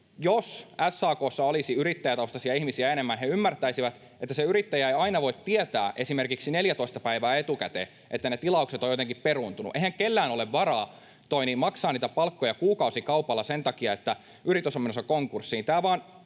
jos SAK:ssa olisi yrittäjätaustaisia ihmisiä enemmän, he ymmärtäisivät, että yrittäjä ei aina voi tietää esimerkiksi 14 päivää etukäteen, että ne tilaukset ovat jotenkin peruuntuneet. Eihän kellään ole varaa maksaa palkkoja kuukausikaupalla, jos yritys on menossa konkurssiin.